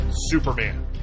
Superman